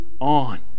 on